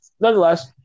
Nonetheless